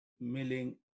milling